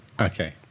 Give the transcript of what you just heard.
Okay